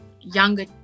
younger